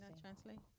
Translate